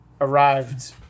arrived